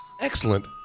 excellent